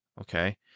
Okay